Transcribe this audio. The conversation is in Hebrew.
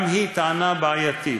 גם היא טענה בעייתית,